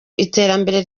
iterambere